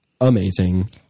amazing